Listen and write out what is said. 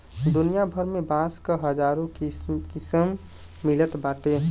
दुनिया भर में बांस क हजारो किसिम मिलत बाटे